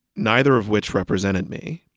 neither of which represented me,